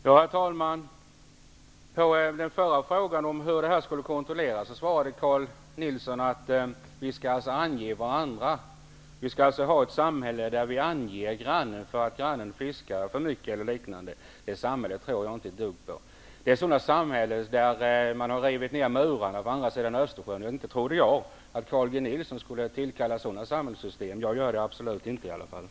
Herr talman! På frågan om hur detta skulle kontrolleras svarade Carl G Nilsson förut att vi skall ange varandra. Vi skall alltså ha ett samhälle där vi anger grannen för att grannen fiskar för mycket eller liknande. Det samhället tror jag inte ett dugg på. Sådana samhällen har man rivit ner på andra sidan Östersjön. Inte trodde jag Carl G Nilsson skulle tillkalla sådana samhällssystem. Jag gör det i alla fall absolut inte.